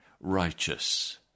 righteous